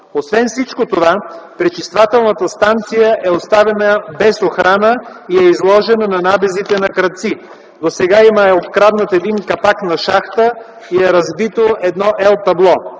Освен всичко това, пречиствателната станция е оставена без охрана и е изложена на набезите на крадци. Досега е откраднат един капак на шахта и е разбито едно ел.табло.